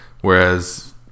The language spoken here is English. Whereas